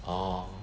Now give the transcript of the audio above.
orh